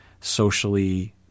socially